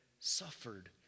suffered